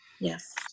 Yes